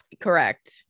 Correct